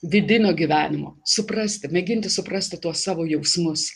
vidinio gyvenimo suprasti mėginti suprasti tuos savo jausmus